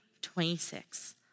26